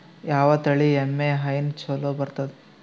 ಯಾವ ತಳಿ ಎಮ್ಮಿ ಹೈನ ಚಲೋ ಬರ್ತದ?